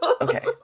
Okay